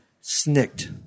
Snicked